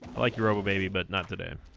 like your robo baby but not today